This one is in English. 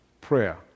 prayer